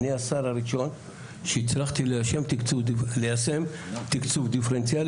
אני השר הראשון שהצלחתי ליישם תקצוב דיפרנציאלי